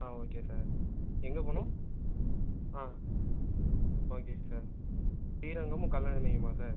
ஆ okay sir எங்கே போகணும் ஆ ஓகே சார் ஸ்ரீரங்கமும் கல்லணையுமா சார்